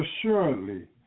assuredly